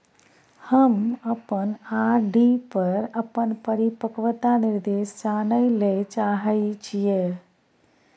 हम अपन आर.डी पर अपन परिपक्वता निर्देश जानय ले चाहय छियै